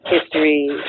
history